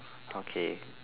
okay